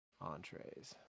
Entrees